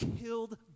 killed